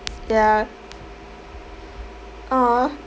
ya !aww!